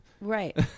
Right